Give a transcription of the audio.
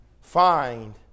find